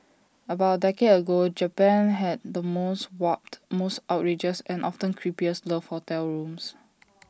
about A decade ago Japan had the most warped most outrageous and often creepiest love hotel rooms